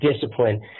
discipline